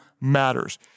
matters